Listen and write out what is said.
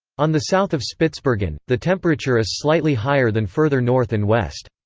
on the south of spitsbergen, the temperature is slightly higher than further north and west.